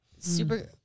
Super